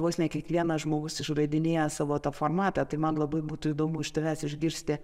vos ne kiekvienas žmogus išradinėja savo tą formatą tai man labai būtų įdomu iš tavęs išgirsti